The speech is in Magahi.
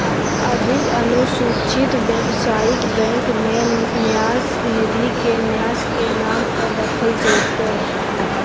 अधिक अनुसूचित व्यवसायिक बैंक में न्यास निधि के न्यास के नाम पर रखल जयतय